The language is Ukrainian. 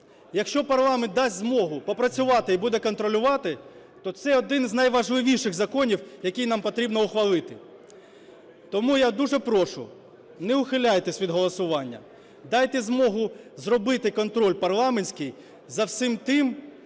якщо парламент дасть змогу попрацювати і буде контролювати, то це один з найважливіших законів, який нам потрібно ухвалити. Тому я дуже прошу, не ухиляйтеся від голосування, дайте змогу зробити контроль парламентський за всім тим,